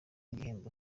igihembo